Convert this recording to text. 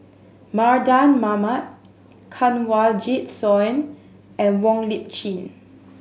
Mardan Mamat Kanwaljit Soin and Wong Lip Chin